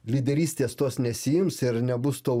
lyderystės tos nesiims ir nebus to